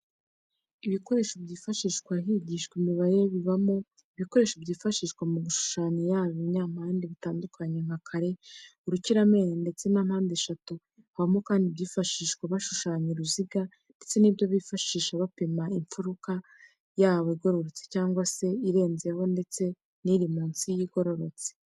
Ibikoresho byifashishwa higishwa imibare bibamo ibikoresho byifashishwa mu gushushanya yaba ibinyampande bitandukanye nka kare, urukiramende ndetse na mpande eshatu. Habamo kandi ibyifashishwa bashushanya uruziga ndetse n'ibyo bifashisha bapima imfuruka yaba igororotse cyangwa se irenzeho ndetse n'iri munsi y'igororotse.